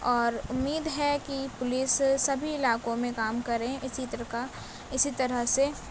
اور امید ہے کہ پولیس سبھی علاقوں میں کام کریں اسی طرح کا اسی طرح سے